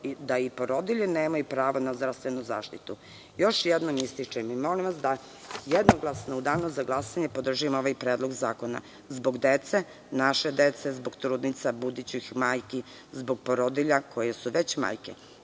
da i porodilje nemaju pravo na zdravstvenu zaštitu? Još jednom ističem, molim vas jednoglasno u danu za glasanje podržimo ovaj predlog zakona zbog dece, naše dece, zbog trudnica, budućih majki, zbog porodilja, koje su već majke,